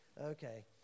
Okay